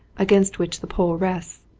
against which the pole rests.